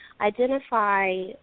identify